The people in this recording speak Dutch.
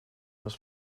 was